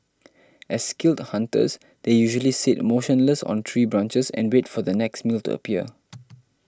as skilled hunters they usually sit motionless on tree branches and wait for their next meal to appear